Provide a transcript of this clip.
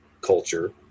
culture